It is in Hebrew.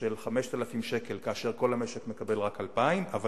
של 5,000 שקל, כאשר כל המשק מקבל רק 2,000 שקל.